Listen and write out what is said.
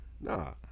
Nah